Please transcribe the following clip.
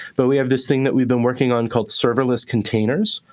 but we have this thing that we've been working on called serverless containers.